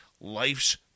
life's